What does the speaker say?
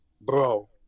bro